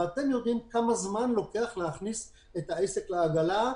ואתם יודעים כמה זמן לוקח להכניס את העסק לעגלה,